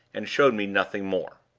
and showed me nothing more.